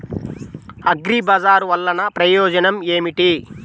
అగ్రిబజార్ వల్లన ప్రయోజనం ఏమిటీ?